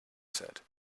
said